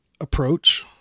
approach